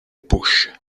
push